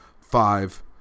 Five